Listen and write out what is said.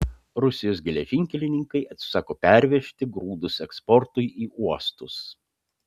rusijos geležinkelininkai atsisako pervežti grūdus eksportui į uostus